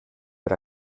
per